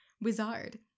Wizard